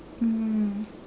mm